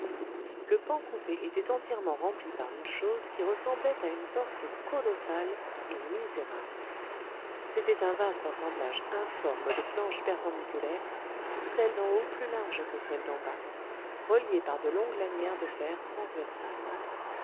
le pan coupé était entièrement rempli par une chose qui ressemblait à une porte colossale et misérable c'était un vaste assemblage informe de planches perpendiculaires celles d'en haut plus larges que celles d'en bas reliées par de longues lanières de fer transversales